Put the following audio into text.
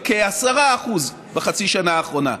בכ-10% בחצי שנה האחרונה.